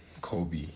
Kobe